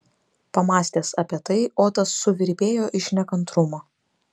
pamąstęs apie tai otas suvirpėjo iš nekantrumo